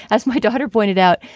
as my daughter pointed out,